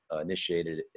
initiated